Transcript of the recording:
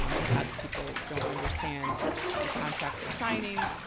um perhaps people don't understand the contract they're signing.